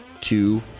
two